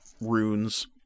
runes